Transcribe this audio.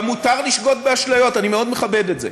גם מותר לשגות באשליות, אני מאוד מכבד את זה.